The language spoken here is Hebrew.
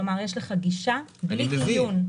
כלומר יש שם גישה בלי עיון,